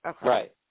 Right